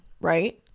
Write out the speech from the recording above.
right